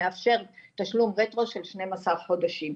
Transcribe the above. הוא מאפשר תשלום רטרו של שניים עשר חודשים.